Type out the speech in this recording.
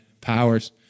powers